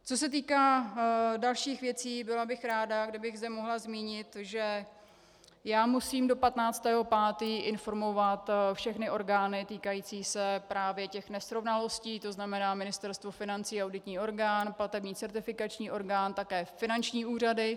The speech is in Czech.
Co se týká dalších věcí, byla bych ráda, kdybych zde mohla zmínit, že já musím do 15. 5. informovat všechny orgány týkající se právě těch nesrovnalostí, tzn. Ministerstvo financí, auditní orgán, Platební certifikační orgán, také finanční úřady.